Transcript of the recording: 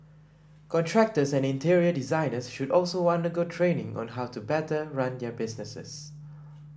contractors and interior designers should also wonder go training on how to better run their businesses